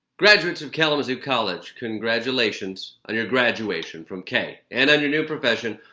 graduates of kalamazoo college congratulations on your graduation from k. and on your new profession,